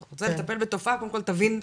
אתה רוצה לטפל בתופעה, קודם כל תבין אותה.